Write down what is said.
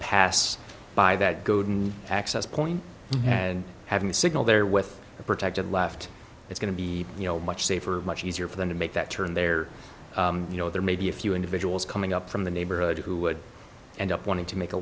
pass by that golden access point and having the signal there with a protected left is going to be much safer much easier for them to make that turn there you know there may be a few individuals coming up from the neighborhood who would end up wanting to make a